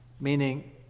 Meaning